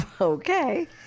Okay